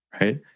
right